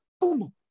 boom